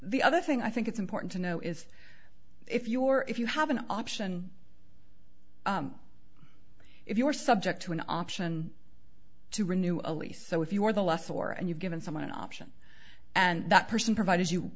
the other thing i think it's important to know is if you are if you have an option if you are subject to an option to renew a lease so if you were the last four and you've given someone an option and that person provided you